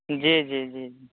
जी जी जी जी